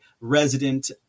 resident